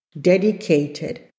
dedicated